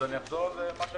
עמודה מס'